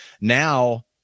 now